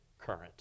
current